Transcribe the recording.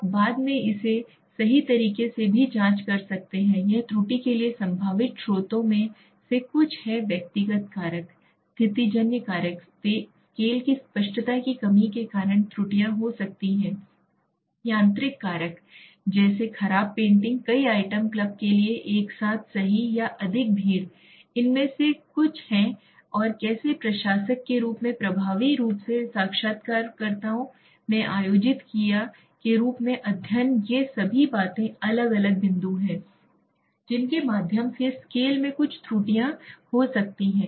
आप बाद में इसे सही तरीके से भी जांच सकते हैं यह त्रुटि के लिए संभावित स्रोतों में से कुछ है व्यक्तिगत कारक स्थितिजन्य कारक स्केल की स्पष्टता की कमी के कारण त्रुटियां हो सकती हैं यांत्रिक कारक जैसे खराब पेंटिंग कई आइटम क्लब के लिए एक साथ सही या अधिक भीड़ इन में से कुछ हैं और कैसे प्रशासक के रूप में प्रभावी रूप से साक्षात्कारकर्ताओं में आयोजित के रूप में अध्ययन ये सभी बातें अलग अलग बिंदु हैं जिनके माध्यम से स्केल में कुछ त्रुटियां हो सकती हैं